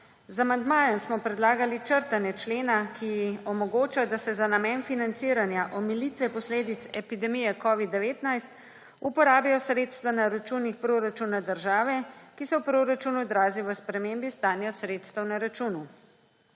Z amandmajem smo predlagali črtanje člena, ki omogoča, da se za namen financiranja omilitve posledic epidemije covida-19 uporabijo sredstva na računih proračuna države, ki se v proračunu odrazijo v spremembi stanja sredstev na računu.